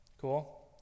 cool